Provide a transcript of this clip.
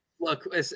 Look